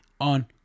on